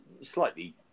slightly